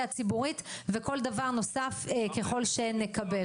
הציבורית וכל דבר נוסף ככל שנקבל.